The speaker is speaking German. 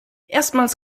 erstmals